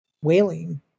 whaling